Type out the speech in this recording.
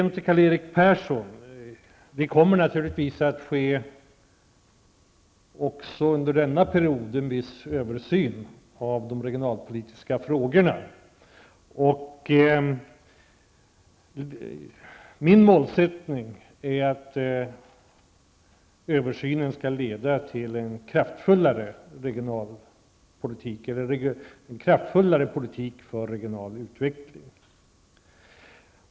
Naturligtvis kommer det, Karl-Erik Persson, också under denna period att ske en viss översyn av de regionalpolitiska frågorna. Det är min målsättning att denna översyn skall leda till en kraftfullare politik för en regional utveckling.